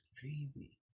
crazy